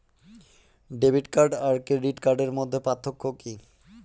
Debit card আর credit কার্ডের মধ্যে পার্থক্য কি?